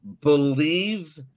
believe